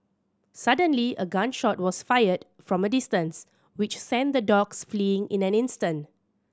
suddenly a gun shot was fired from a distance which sent the dogs fleeing in an instant